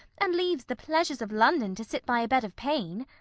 and leaves the pleasures of london to sit by a bed of pain.